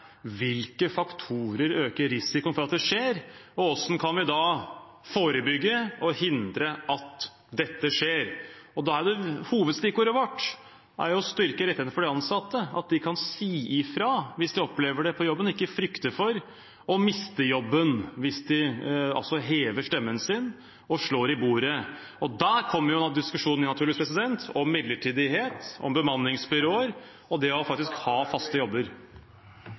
Hvilke faktorer øker risikoen for at det skjer, og hvordan kan vi forebygge og hindre at det skjer? Da er hovedstikkordet vårt å styrke rettighetene til de ansatte, sånn at de kan si fra hvis de opplever det på jobben, og ikke frykte for å miste jobben hvis de hever stemmen og slår i bordet. Her kommer naturligvis diskusjonen om midlertidighet, om bemanningsbyråer og om det å ha faste jobber.